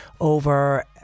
over